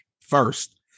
first